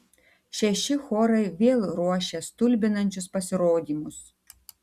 šeši chorai vėl ruošia stulbinančius pasirodymus